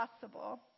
possible